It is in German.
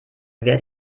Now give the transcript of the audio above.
wer